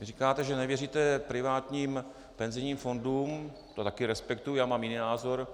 Říkáte, že nevěříte privátním penzijním fondům, to také respektuji, já mám jiný názor.